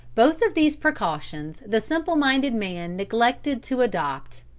both of these precautions the simple-minded man neglected to adopt.